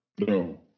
No